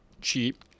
cheap